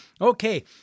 Okay